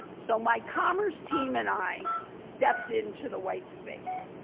so my commerce team and i stepped into the white space,